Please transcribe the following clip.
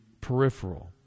peripheral